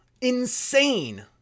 Insane